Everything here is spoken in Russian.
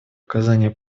оказания